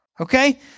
okay